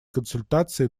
консультации